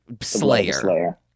slayer